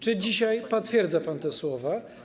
Czy dzisiaj potwierdza pan te słowa?